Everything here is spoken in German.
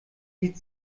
lied